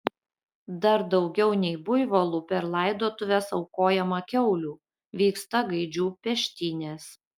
dar daugiau nei buivolų per laidotuves aukojama kiaulių vyksta gaidžių peštynės